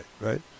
right